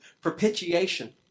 propitiation